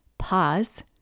Pause